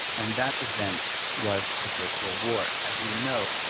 and that event was the first world war as we know,